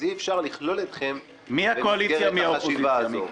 אז אי אפשר לכלול אתכם במסגרת החשיבה הזו.